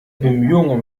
bemühungen